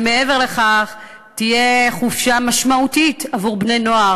ומעבר לכך תהיה חופשה משמעותית עבור בני-נוער